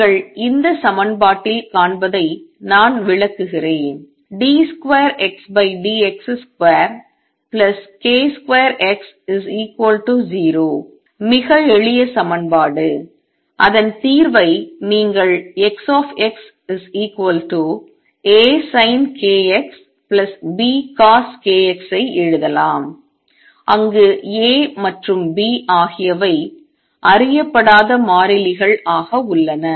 நீங்கள் இந்த சமன்பாட்டில் காண்பதை நான் விளக்குகிறேன் d2Xdx2k2X0 மிக எளிய சமன்பாடு அதன் தீர்வை நீங்கள் X AsinkxBcoskx ஐ எழுதலாம் அங்கு A மற்றும் B ஆகியவை அறியப்படாத மாறிலிகள் ஆக உள்ளன